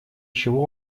чего